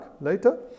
later